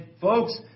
folks